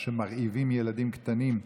על שמרעיבים ילדים קטנים,